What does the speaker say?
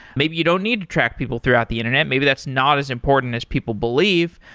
maybe you don't need to track people throughout the internet, maybe that's not as important as people believe,